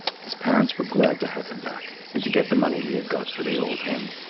his parents were glad to have him back, and to get the money he had got for the old hen.